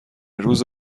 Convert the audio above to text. روز